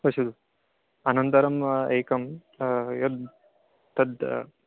पश्यतु अनन्तरम् एकं यद् तद्